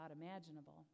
imaginable